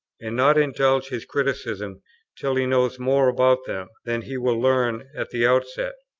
and not indulge his criticism till he knows more about them, than he will learn at the outset.